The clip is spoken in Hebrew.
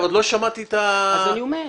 עוד לא שמעתי תשובה.